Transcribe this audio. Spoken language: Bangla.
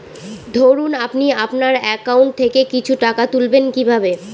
ধরুন আপনি আপনার একাউন্ট থেকে কিছু টাকা তুলবেন কিভাবে?